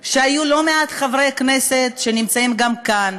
שהיו לא-מעט חברי כנסת, שנמצאים גם כאן,